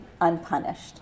unpunished